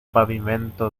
pavimento